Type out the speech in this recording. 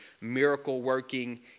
miracle-working